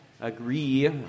agree